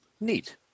neat